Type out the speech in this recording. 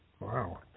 Wow